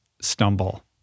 stumble